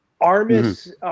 Armis